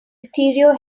stereo